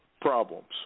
problems